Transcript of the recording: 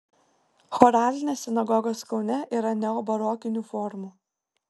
choralinės sinagogos kaune yra neobarokinių formų